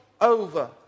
over